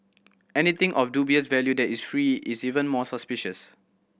anything of dubious value that is free is even more suspicious